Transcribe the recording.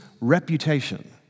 reputation